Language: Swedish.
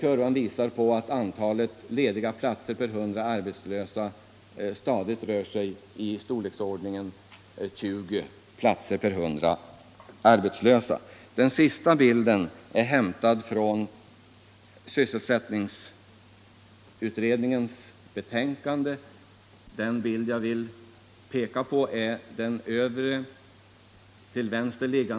Kurvan här markerar att antalet lediga platser stadigt håller sig i storleksordningen 20 lediga platser per 100 arbetslösa. Den sista bilden är hämtad från sysselsättningsutredningens betänkande. Den bild jag vill peka på är den övre stapeln till vänster.